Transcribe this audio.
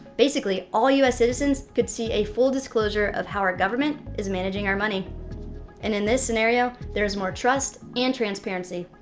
basically all us citizens could see a full disclosure of how our government is managing our money. and in this scenario, there is more trust and transparency,